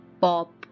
pop